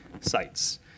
sites